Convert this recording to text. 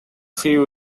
few